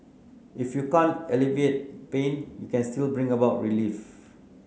if you can't alleviate pain you can still bring about relief